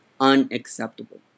Unacceptable